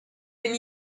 can